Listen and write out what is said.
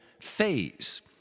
phase